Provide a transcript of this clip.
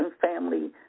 family